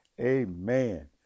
Amen